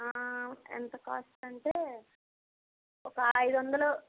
ఎంత కాస్ట్ అంటే ఒక ఐదు వందలు